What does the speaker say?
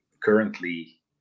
currently